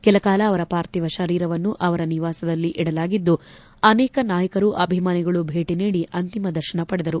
ಕೆಲಕಾಲ ಅವರ ಪಾರ್ಥೀವ ಶರೀರವನ್ನು ಅವರ ನಿವಾಸದಲ್ಲಿ ಇಡಲಾಗಿದ್ದು ಅನೇಕ ನಾಯಕರು ಅಭಿಮಾನಿಗಳು ಭೇಟಿ ನೀಡಿ ಅಂತಿಮ ದರ್ಶನ ಪಡೆದರು